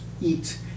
eat